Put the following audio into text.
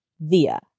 via